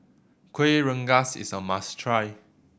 Kuih Rengas is a must try